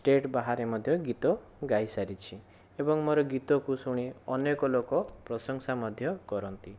state ବାହାରେ ମଧ୍ୟ ଗୀତ ଗାଇ ସାରିଛି ଏବଂ ମୋର ଗୀତକୁ ଶୁଣି ଅନେକ ଲୋକ ପ୍ରଶଂସା ମଧ୍ୟ କରନ୍ତି